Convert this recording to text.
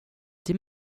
till